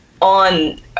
on